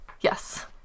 Yes